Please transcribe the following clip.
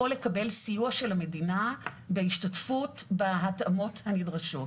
לקבל סיוע של המדינה בהשתתפות בהתאמות הנדרשות.